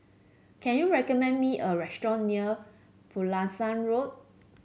can you recommend me a restaurant near Pulasan Road